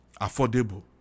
affordable